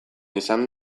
izan